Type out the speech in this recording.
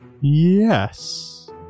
Yes